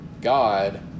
God